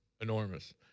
Enormous